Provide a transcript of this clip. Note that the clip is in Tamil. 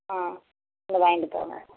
ஆ வந்து வாங்கிகிட்டு போங்க